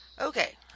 Okay